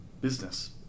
business